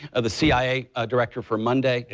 ah the cia ah director for monday,